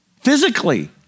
physically